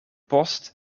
post